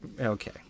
Okay